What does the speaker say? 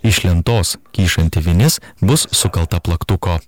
iš lentos kyšanti vinis bus sukalta plaktuko